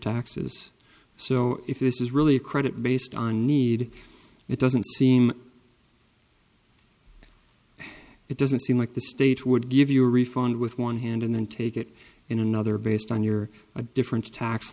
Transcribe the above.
taxes so if this is really a credit based on need it doesn't seem it doesn't seem like the state would give you a refund with one hand and then take it in another based on your a different tax